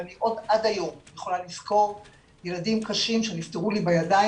ואני עד היום יכולה לזכור ילדים חולים קשה שנפטרו לי בידיים.